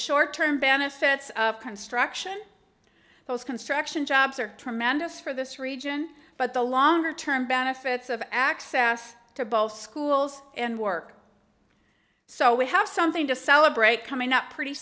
short term benefits of construction those construction jobs are tremendous for this region but the longer term benefits of access to both schools and work so we have something to celebrate coming up pretty